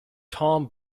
tom